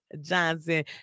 Johnson